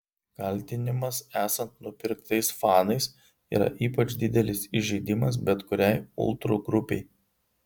kaltinimas esant nupirktais fanais yra ypač didelis įžeidimas bet kuriai ultrų grupei